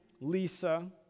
Lisa